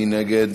מי נגד?